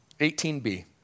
18B